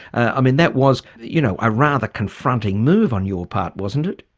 i mean, that was, you know, a rather confronting move on your part wasn't it?